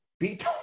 beat